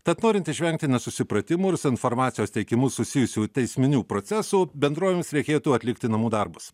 tad norint išvengti nesusipratimų ir su informacijos teikimu susijusių teisminių procesų bendrovėms reikėtų atlikti namų darbus